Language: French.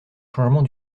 changement